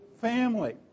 family